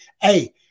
hey